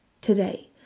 today